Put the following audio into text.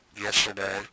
yesterday